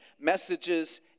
messages